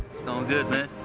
it's going good man.